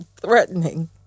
threatening